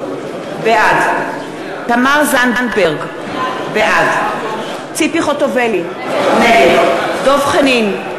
בעד תמר זנדברג, בעד ציפי חוטובלי, נגד דב חנין,